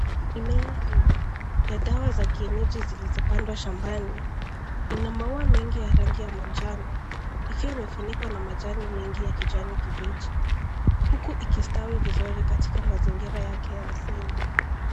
Mimea hii ya dawa za kienyeji zilizopandwa shambani. Ina maua mengi ya rangi ya manjano, ikiwa imefunikwa na majani mengi ya kijani kibichi, huku ikistawi vizuri katika mazingira yake ya asili.